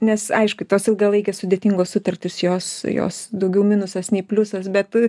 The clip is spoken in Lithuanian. nes aišku tos ilgalaikės sudėtingos sutartys jos jos daugiau minusas nei pliusas bet